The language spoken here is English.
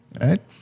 right